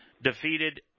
Defeated